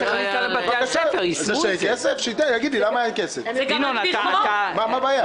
אין כסף, שיגיד לי למה אין כסף, מה הבעיה?